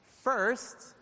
First